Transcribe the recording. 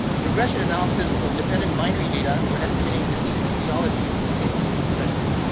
regression analysis of dependent binary data for estimating disease etiology from case-control studies.